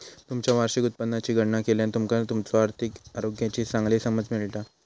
तुमचा वार्षिक उत्पन्नाची गणना केल्यान तुमका तुमच्यो आर्थिक आरोग्याची चांगली समज मिळता